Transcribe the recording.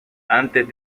antes